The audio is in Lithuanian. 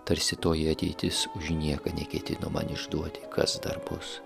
tarsi toji ateitis už nieką neketino man išduoti kas dar bus